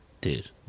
Dude